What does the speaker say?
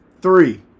Three